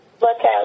Lookout